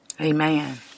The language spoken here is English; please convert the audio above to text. Amen